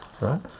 right